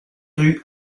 rue